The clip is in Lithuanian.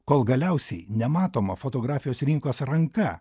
kol galiausiai nematoma fotografijos rinkos ranka